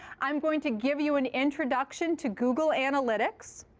i'm going to give you an introduction to google analytics.